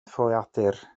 ffoadur